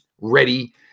ready